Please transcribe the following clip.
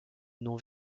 nom